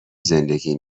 زندگی